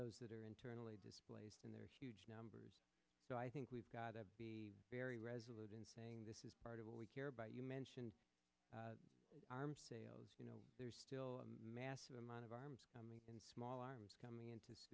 those that are internally displaced in their huge numbers so i think we've got to be very resolute in saying this is part of what we hear about you mentioned arms sales you know there's still a massive amount of arms and small arms coming into